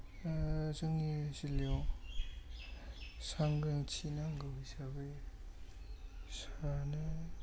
जोंनि जिल्लायाव सांग्रांथि नांगौ हिसाबै सानो